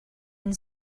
and